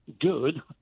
good